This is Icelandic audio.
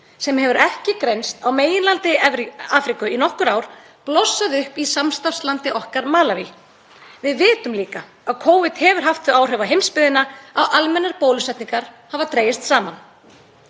sem hefur ekki greinst á meginlandi Afríku í nokkur ár blossaði upp í samstarfslandi okkar Malaví. Við vitum líka að Covid hefur haft þau áhrif á heimsbyggðina að almennar bólusetningar hafa dregist saman.